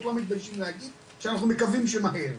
לא מתביישים להגיד שאנחנו מקווים שמהר.